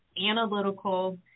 analytical